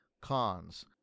Cons